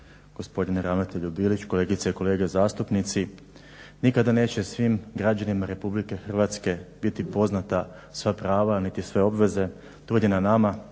gospodine ravnatelju Bilić, kolegice i kolege zastupnici. Nikada neće svim građanima Republike Hrvatske biti poznata sva prava niti sve obveze. Trud je na nama,